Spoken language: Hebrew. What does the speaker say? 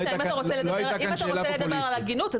אם אתה רוצה לדבר על הגינות,